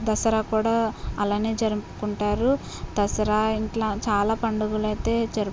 దసరా కూడా అలానే జరుపుకుంటారు దసరా ఇట్లా చాలా పండుగలు అయితే జరుపుకుంటారు